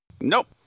Nope